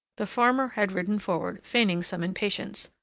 the farmer had ridden forward, feigning some impatience.